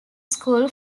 school